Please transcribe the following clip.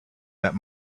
that